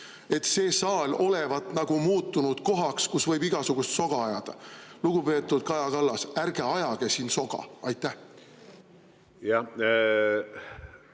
et see saal olevat nagu muutunud kohaks, kus võib igasugust soga ajada. Lugupeetud Kaja Kallas, ärge ajage siin soga! Jah,